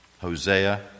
Hosea